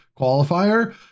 qualifier